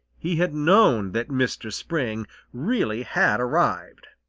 he had known that mistress spring really had arrived.